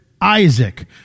Isaac